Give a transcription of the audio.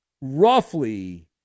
roughly